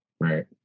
Right